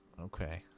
Okay